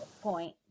Point